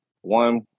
one